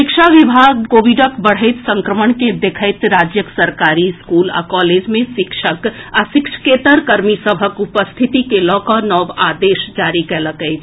शिक्षा विभाग कोविडक बढ़ैत संक्रमण के देखैत राज्यक सरकारी स्कूल आ कॉलेज मे शिक्षक आ शिक्षकेतर कर्मी सभक उपरिथति के लऽ कऽ नव आदेश जारी कएलक अछि